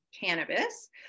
cannabis